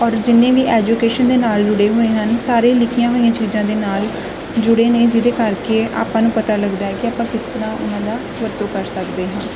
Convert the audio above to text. ਔਰ ਜਿੰਨੇ ਵੀ ਐਜੂਕੇਸ਼ਨ ਦੇ ਨਾਲ ਜੁੜੇ ਹੋਏ ਹਨ ਸਾਰੇ ਲਿਖੀਆਂ ਹੋਈਆਂ ਚੀਜ਼ਾਂ ਦੇ ਨਾਲ ਜੁੜੇ ਨੇ ਜਿਹਦੇ ਕਰਕੇ ਆਪਾਂ ਨੂੰ ਪਤਾ ਲੱਗਦਾ ਹੈ ਕਿ ਆਪਾਂ ਕਿਸ ਤਰ੍ਹਾਂ ਉਹਨਾਂ ਦਾ ਵਰਤੋਂ ਕਰ ਸਕਦੇ ਹਾਂ